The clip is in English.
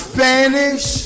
Spanish